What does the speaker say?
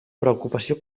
preocupació